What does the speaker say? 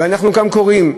ואנחנו גם קוראים,